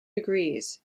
degrees